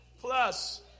Plus